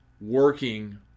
working